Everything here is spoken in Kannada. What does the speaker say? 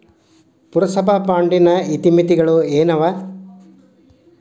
ಪುರಸಭಾ ಬಾಂಡಿನ ಇತಿಮಿತಿಗಳು ಏನವ?